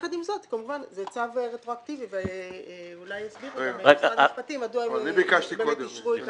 יחד עם זאת כמובן זה צו רטרואקטיבי ואולי יסבירו מדוע הם אישרו את